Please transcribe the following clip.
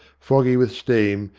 foggy with steam,